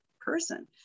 person